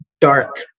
dark